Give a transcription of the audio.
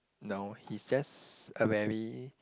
no he's just a very